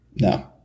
No